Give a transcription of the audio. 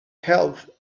health